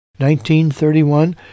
1931